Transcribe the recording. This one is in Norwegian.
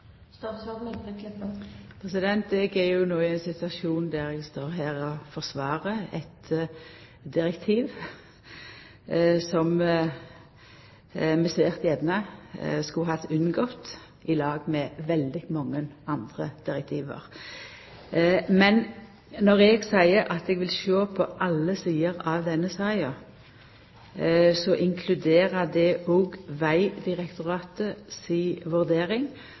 Eg er no i ein situasjon der eg står og forsvarer eit direktiv som vi svært gjerne skulle ha unngått, i lag med veldig mange andre direktiv. Når eg seier at eg vil sjå på alle sider av denne saka, inkluderer det òg Vegdirektoratet si vurdering